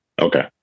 Okay